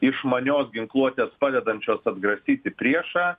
išmanios ginkluotės padedančios atgrasyti priešą